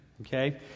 okay